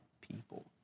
people